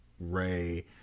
Ray